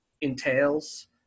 entails